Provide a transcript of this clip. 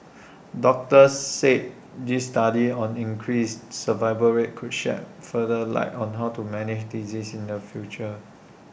doctors said this study on increased survival rate could shed further light on how to manage the disease in future